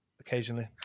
occasionally